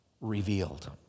revealed